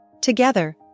Together